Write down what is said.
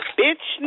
bitch